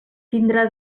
tindrà